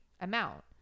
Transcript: amount